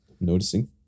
noticing